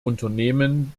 unternehmen